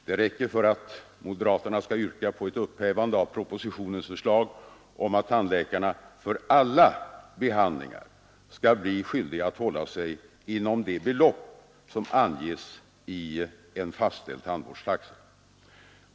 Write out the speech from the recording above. Det räcker för att moderaterna skall yrka på ett upphävande av propositionens förslag om att tandläkarna för alla behandlingar skall bli skyldiga att hålla sig inom de belopp som anges i en fastställd tandvårdstaxa.